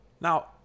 Now